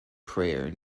prayer